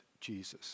Jesus